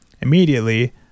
immediately